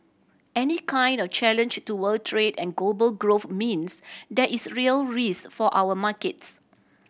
any kind of challenge to world trade and global growth means there is real risk for our markets